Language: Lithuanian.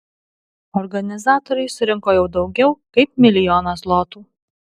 organizatoriai surinko jau daugiau kaip milijoną zlotų